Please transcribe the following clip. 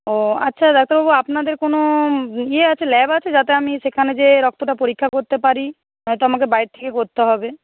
ও আচ্ছা ডাক্তারবাবু আপনাদের কোনো ইয়ে আছে ল্যাব আছে যাতে আমি সেখানে গিয়ে রক্তটা পরীক্ষা করতে পারি নয়তো আমাকে বাইরের থেকে করতে হবে